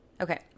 Okay